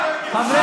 בושה.